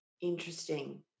interesting